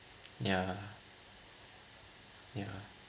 ya ya